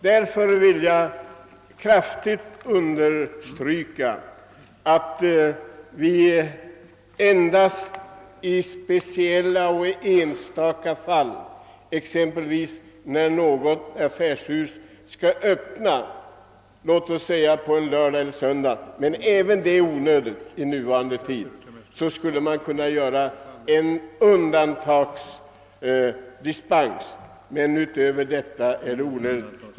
Därför vill jag kraftigt understryka att vi endast i speciella och enstaka fall, exempelvis när något affärshus skall öppna på en lördag eller en söndag, skulle kunna göra ett undantag. Men även detta är egentligen onödigt i nuvarande tid.